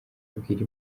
abwira